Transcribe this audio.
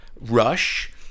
Rush